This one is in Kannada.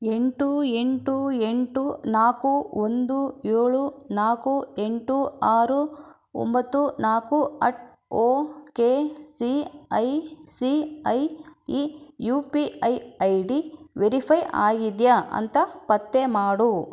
ಎಂಟು ಎಂಟು ಎಂಟು ನಾಲ್ಕು ಒಂದು ಏಳು ನಾಲ್ಕು ಎಂಟು ಆರು ಒಂಬತ್ತು ನಾಲ್ಕು at O K C I C I E U P I I D verify ಆಗಿದೆಯಾ ಅಂತ ಪತ್ತೆ ಮಾಡು